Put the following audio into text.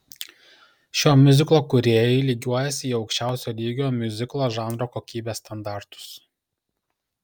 šio miuziklo kūrėjai lygiuojasi į aukščiausio lygio miuziklo žanro kokybės standartus